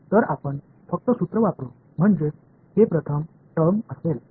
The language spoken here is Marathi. तर आपण फक्त सूत्र वापरू म्हणजे हे प्रथम टर्म असेल